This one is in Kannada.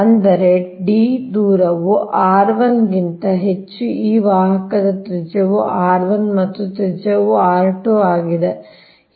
ಅಂದರೆ D ದೂರವು r 1 ಗಿಂತ ಹೆಚ್ಚು ಈ ವಾಹಕದ ತ್ರಿಜ್ಯವು r 1 ಮತ್ತು ಈ ತ್ರಿಜ್ಯವು r 2 ಆಗಿದೆ